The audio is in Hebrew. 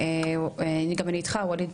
ואני גם איתך ואליד,